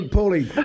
Paulie